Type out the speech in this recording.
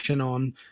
on